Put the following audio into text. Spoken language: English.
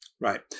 Right